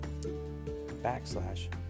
backslash